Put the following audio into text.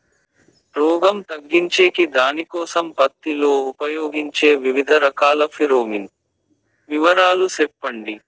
రోగం తగ్గించేకి దానికోసం పత్తి లో ఉపయోగించే వివిధ రకాల ఫిరోమిన్ వివరాలు సెప్పండి